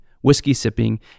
whiskey-sipping